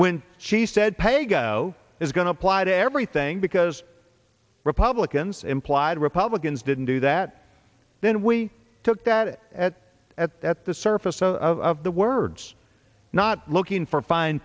when she said pay go is going to apply to everything because republicans implied republicans didn't do that then we took that at at that the surface of the words not looking for a fine